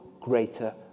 greater